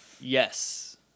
Yes